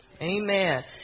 Amen